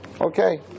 Okay